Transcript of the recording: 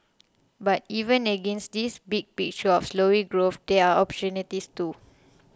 but even against this big picture of slowing growth there are opportunities too